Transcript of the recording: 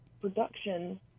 production